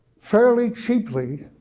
fairly cheaply,